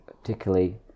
particularly